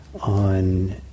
on